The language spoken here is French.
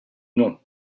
non